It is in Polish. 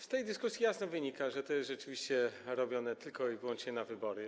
Z tej dyskusji jasno wynika, że to jest rzeczywiście robione tylko i wyłącznie w związku z wyborami.